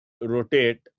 rotate